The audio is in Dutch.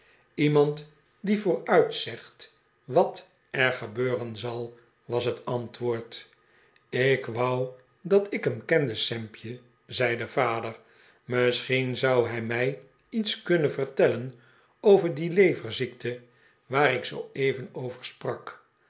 iemand die vooruit zegt wat er gebeuren zal was het antwoord ik wou dat ik hem kende sampje zei de vader misschien zou hij mij iets kunnen vertellen over die leverziekte waar ik zooeven over sprak